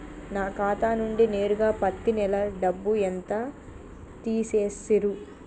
నా ఖాతా నుండి నేరుగా పత్తి నెల డబ్బు ఎంత తీసేశిర్రు?